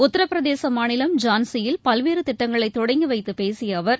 உத்தரப்பிரதேச மாநிலம் ஜான்சியில் பல்வேறு திட்டங்களை தொடங்கிவைத்துப் பேசிய அவர்